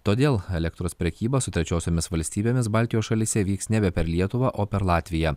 todėl elektros prekyba su trečiosiomis valstybėmis baltijos šalyse vyks nebe per lietuvą o per latviją